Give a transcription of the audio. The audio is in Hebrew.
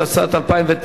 התשס"ט 2009,